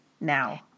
now